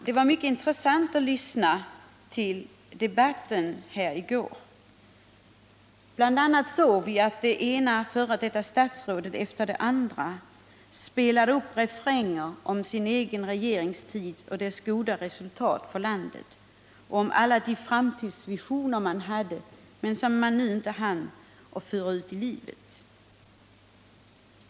Det var intressant att lyssna till debatten här i går. Bl. a. hörde vi det ena f. d. statsrådet efter det andra spela upp refränger om sin egen regeringstid och dess goda resultat för landet. Man drog fram alla de framtidsvisioner man hade som man nu inte hann föra ut i livet.